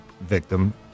victim